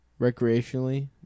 recreationally